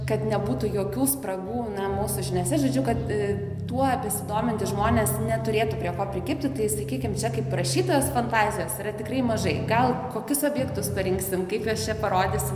kad nebūtų jokių spragų na mūsų žiniose žodžiu kad tuo besidomintys žmonės neturėtų prie ko prikibti tai sakykim čia kaip rašytojos fantazijos yra tikrai mažai gal kokius objektus parinksim kaip juos čia parodysim